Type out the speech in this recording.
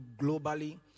globally